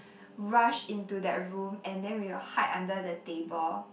rush into that room and then we would hide under the table